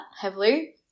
heavily